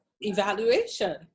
evaluation